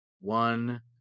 one